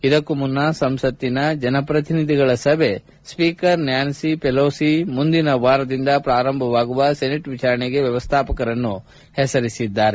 ಇದಕ್ಕೂ ಮುನ್ನ ಸಂಸತ್ತಿನ ಜನಪ್ರತಿನಿಧಿಗಳ ಸಭೆಯ ಸ್ಪೀಕರ್ ನ್ಯಾನ್ಪಿ ಪೆಲೋಸಿ ಮುಂದಿನ ವಾರದಿಂದ ಪ್ರಾರಂಭವಾಗುವ ಸೆನೆಟ್ ವಿಚಾರಣೆಗೆ ವ್ಯವಸ್ಥಾಪಕರನ್ನು ಹೆಸರಿಸಿದ್ದಾರೆ